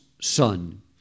son